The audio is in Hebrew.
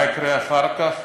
מה יקרה אחר כך?